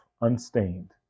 unstained